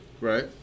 Right